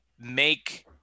make